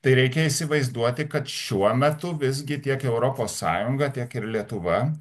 tai reikia įsivaizduoti kad šiuo metu visgi tiek europos sąjunga tiek ir lietuva